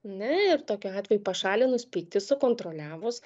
ane ir tokiu atveju pašalinus pyktį sukontroliavus